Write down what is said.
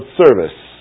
service